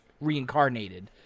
reincarnated